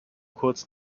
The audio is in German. kurz